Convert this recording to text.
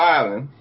Island